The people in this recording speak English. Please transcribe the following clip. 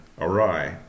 awry